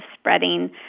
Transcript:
spreading